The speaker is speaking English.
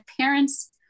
parents